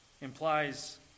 implies